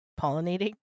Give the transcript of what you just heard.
pollinating